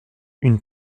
une